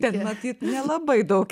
bet matyt nelabai daug